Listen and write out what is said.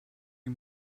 die